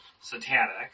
satanic